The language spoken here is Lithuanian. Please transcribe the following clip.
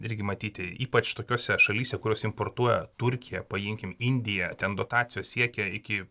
irgi matyti ypač tokiose šalyse kurios importuoja turkija paimkime indiją ten dotacijos siekia iki